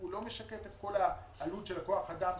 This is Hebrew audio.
הוא לא משקף את כל העלות של כוח האדם,